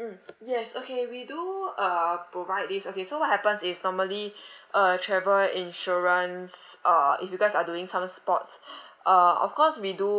mm yes okay we do uh provide this okay so what happens is normally uh travel insurance uh if you guys are doing some sports uh of course we do